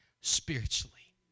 spiritually